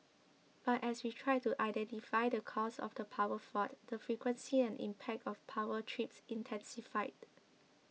but as we tried to identify the cause of the power fault the frequency and impact of power trips intensified